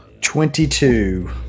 Twenty-two